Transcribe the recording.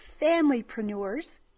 familypreneurs